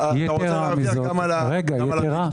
אתה רוצה להרוויח גם על הפיקדונות?